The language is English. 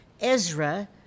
Ezra